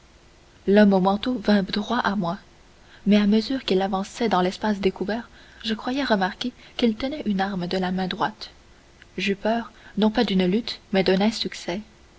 l'homme au manteau vint droit à moi mais à mesure qu'il avançait dans l'espace découvert je croyais remarquer qu'il tenait une arme de la main droite j'eus peur non pas d'une lutte mais d'un insuccès